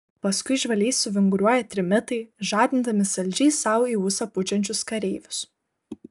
paskui žvaliai suvinguriuoja trimitai žadindami saldžiai sau į ūsą pučiančius kareivius